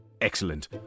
Excellent